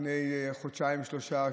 לפני חודשיים-שלושה,